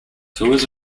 tours